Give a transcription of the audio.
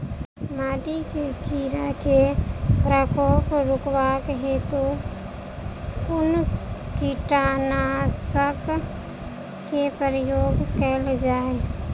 माटि मे कीड़ा केँ प्रकोप रुकबाक हेतु कुन कीटनासक केँ प्रयोग कैल जाय?